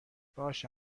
باشه